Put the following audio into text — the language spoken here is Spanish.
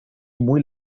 muy